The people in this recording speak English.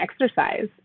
exercise